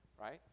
right